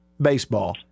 baseball